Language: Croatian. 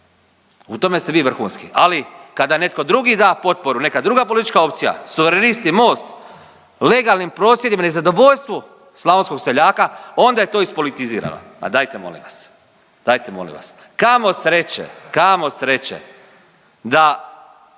U tome ste vi vrhunski, ali kada netko drugi da potporu, neka druga politička opcija, Suverenisti, Most, legalnim prosvjedima, nezadovoljstvu slavonskog seljaka, onda je to ispolitizirano, ma dajte molim vas. Dajte molim vas. Kamo sreće, kamo sreće da